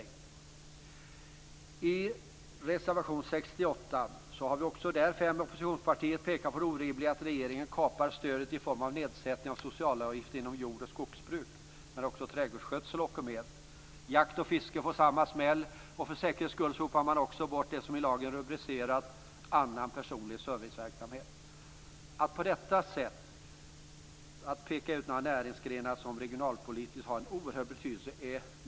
Också i reservation 68 har fem oppositionspartier pekat på det orimliga i att regeringen kapar stödet i form av nedsättning av socialavgifter inom jord och skogsbruk. Också trädgårdsskötsel åker med. Jakt och fiske får samma smäll, och för säkerhets skull sopar man också bort det som i lagen rubriceras som "annan personlig serviceverksamhet". Det är mycket märkligt att på detta sätt peka ut några näringsgrenar som regionalpolitiskt har en oerhört stor betydelse.